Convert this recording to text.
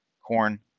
corn